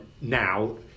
now